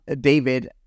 David